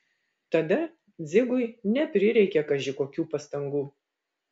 tada dzigui neprireikė kaži kokių pastangų